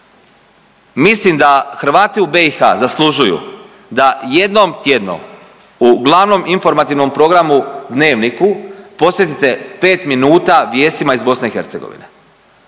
Mislim da Hrvati u BiH zaslužuju da jednom tjednom u glavnom informativnom programu Dnevniku posvetite 5 minuta vijestima iz Bosne